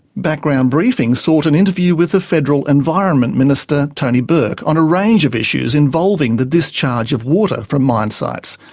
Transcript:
background briefing sought an interview with the federal environment minister, tony burke, on a range of issues involving the discharge of water from mine sites.